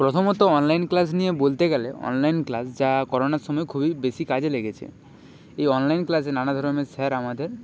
প্রথমত online class নিয়ে বলতে গেলে অনলাইন ক্লাস যা করোনার সময় খুবই বেশি কাজে লেগেছে এই অনলাইন ক্লাসে নানা ধরনের স্যার আমাদের